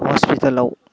hospital